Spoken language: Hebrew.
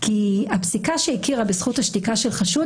כי הפסיקה שהכירה בזכות השתיקה של חשוד,